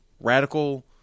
radical